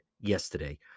yesterday